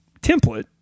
template